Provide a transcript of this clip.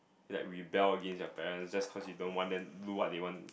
like rebel against your parents just cause you don't want them do what they want